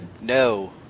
No